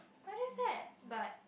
not just that but